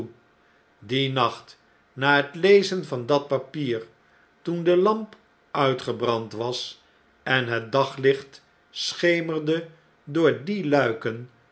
dien nacht na het lezen van dat papier toen de lamp uitgebrand was en hetdaglicht schemerde door die luiken